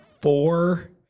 four